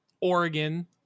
Oregon